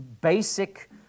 basic